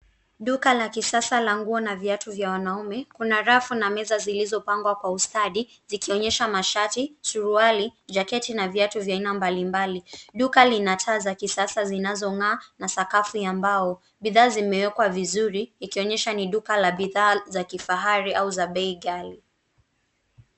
Duka la kisasa la nguo na viatu vya wanaume, kuna rafu na meza zilizopangwa kwa ustadi, zikionyesha mashati, suruali, jaketi na viatu vya aina mbalimbali. Duka lina taa za kisasa zinazong'aa na sakafu ya mbao. Bidhaa zimewekwa vizuri ikionyesha ni duka la bidhaa za kifahari au za bei ghali.